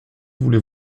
voulez